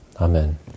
Amen